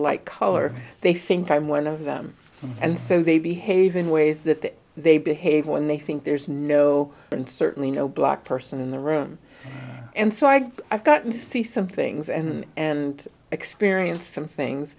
light color they think i'm one of them and so they behave in ways that they behave when they think there's no and certainly no black person in the room and so i guess i've gotten to see some things and and experienced some things